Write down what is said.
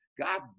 God